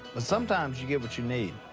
but sometimes you get what you need.